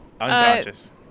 Unconscious